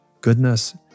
goodness